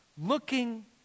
looking